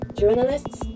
journalists